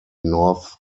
north